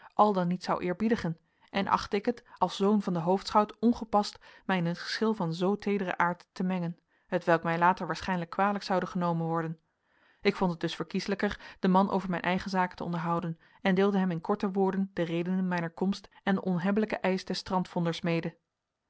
al dan niet zou eerbiedigen en achtte ik het als zoon van den hoofdschout ongepast mij in een geschil van zoo teederen aard te mengen t welk mij later waarschijnlijk kwalijk zoude genomen worden ik vond het dus verkieslijker den man over mijn eigen zaken te onderhouden en deelde hem in korte woorden de redenen mijner komst en den onhebbelijken eisch des strandvonders mede